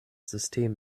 system